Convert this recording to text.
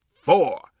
four